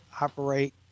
operate